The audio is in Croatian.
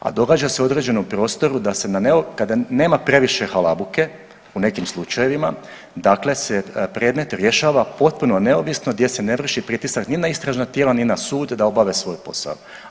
A događa se u određenom prostoru da se na, kada nema previše halabuke u nekim slučajevima, dakle se predmet rješava potpuno neovisno gdje se ne vrši pritisak ni na istražna tijela ni na sud da obave svoj posao.